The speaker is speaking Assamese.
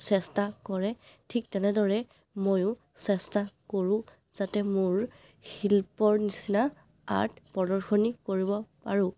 চেষ্টা কৰে ঠিক তেনেদৰে ময়ো চেষ্টা কৰোঁ যাতে মোৰ শিল্পৰ নিচিনা আৰ্ট প্ৰদৰ্শনী কৰিব পাৰোঁ